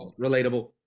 relatable